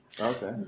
Okay